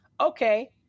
okay